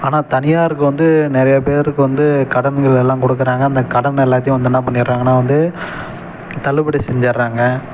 ஆனால் தனியாருக்கு வந்து நிறைய பேருக்கு வந்து கடன்கள் எல்லாம் கொடுக்குறாங்க அந்த கடன் எல்லாத்தேயும் வந்து என்ன பண்ணிடுறாங்கன்னா வந்து தள்ளுபடி செஞ்சிடுறாங்க